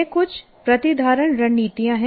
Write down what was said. ये कुछ प्रतिधारण रणनीतियां हैं